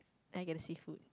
I get the seafood